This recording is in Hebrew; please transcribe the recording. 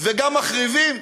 וגם מחריבים?